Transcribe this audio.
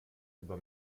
über